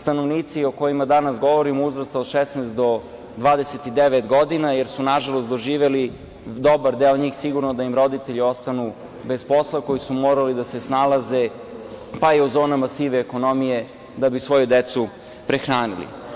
stanovnici o kojima danas govorimo, uzrasta od 16 do 29 godina, jer su nažalost doživeli, dobar deo njih sigurno, da im roditelji ostanu bez posla koji su morali da se snalaze, pa i u zonama sive ekonomije da bi svoju decu prehranili.